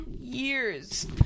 years